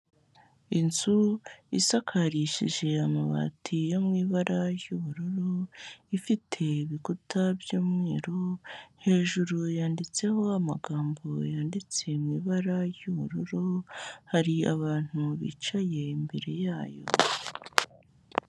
Inzu isakarishije amabati yo mu ibara ry'ubururu, ifite ibikuta by'umweru, hejuru yanditseho amagambo yanditse mu ibara ry'ubururu, hari abantu bicaye imbere yayo.